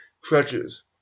crutches